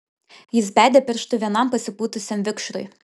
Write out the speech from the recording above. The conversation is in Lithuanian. jis bedė pirštu vienam pasipūtusiam vikšrui